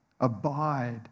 abide